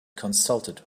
consulted